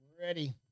ready